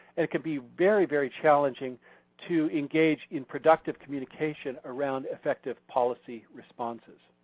it could be very, very challenging to engage in productive communication around effective policy responses.